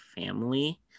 family